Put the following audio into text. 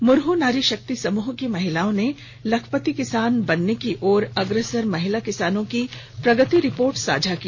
मुरह नारी शक्ति समूह की महिलाओं ने लखपति किसान बनने की ओर अग्रसर महिला किसानों की प्रगति रिपोर्ट साझा की